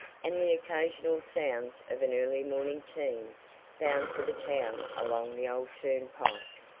and the occasional sounds of an early morning team bound for the town along the old turnpike.